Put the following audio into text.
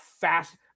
fast